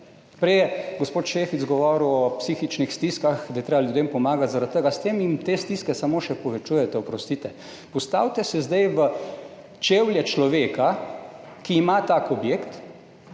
Prej je gospod Šefic govoril o psihičnih stiskah, da je treba ljudem pomagati zaradi tega, s tem jim te stiske samo še povečujete, oprostite. Postavite se zdaj v čevlje človeka, ki ima tak objekt